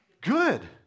Good